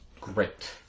Great